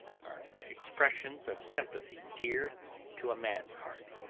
are expressions of sympathy dear to a man's heart.